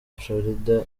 florida